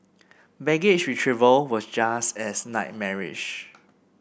baggage retrieval was just as nightmarish